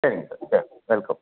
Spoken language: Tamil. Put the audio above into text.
சரிங்க சார் சரி வெல்கம்